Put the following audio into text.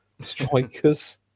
strikers